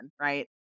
right